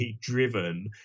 driven